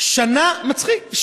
מצחיק,